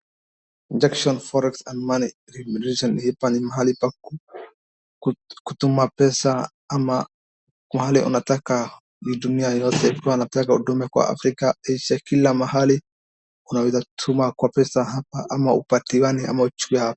Injection Forex and Money remunation . Ni mahali pa kukutuma pesa ama kwahali unataka huduma yoyote. Ikiwa unataka kutuma kwa Africa, Asia , kila mahali, unaweza tuma kwa pesa hapa ama upatiane ama .